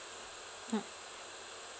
mm